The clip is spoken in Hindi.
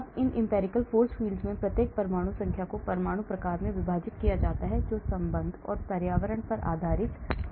अब इन empirical force fields में प्रत्येक परमाणु संख्या को परमाणु प्रकार में विभाजित किया जाता है जो संबंध और पर्यावरण पर आधारित होता है